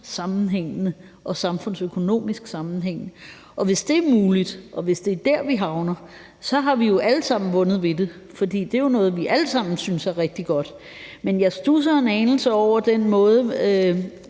samfundssammenhængende og samfundsøkonomisk sammenhængende. Og hvis det er muligt, og hvis det er der, vi havner, så har vi jo alle sammen vundet ved det, for det er jo noget, vi alle sammen synes er rigtig godt. Men jeg studser en anelse over den måde,